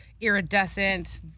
iridescent